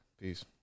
Peace